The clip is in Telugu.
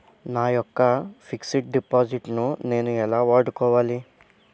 నా యెక్క ఫిక్సడ్ డిపాజిట్ ను నేను ఎలా వాడుకోవాలి?